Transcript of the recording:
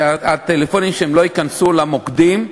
שהטלפונים שלהם לא ייכנסו למוקדים,